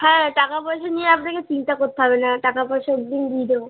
হ্যাঁ টাকা পয়সা নিয়ে আপনাকে চিন্তা কোত্তে হবে না টাকা পয়সা ওই দিন দিই দেবো